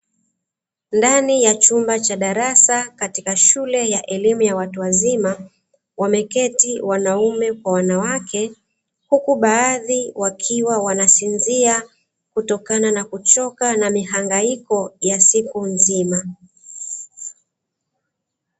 Ndani ya chumba cha darasa katika shule ya elimu ya watu wazima, wameketi wanaume kwa wanawake, huku baadhi wakiwa wanasinzia kutokana na kuchoka na mihangaiko ya siku nzima.